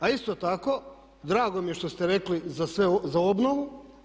A isto tako drago mi je što ste rekli za obnovu.